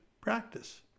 practice